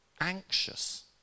anxious